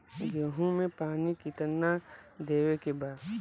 गेहूँ मे पानी कितनादेवे के बा?